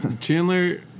Chandler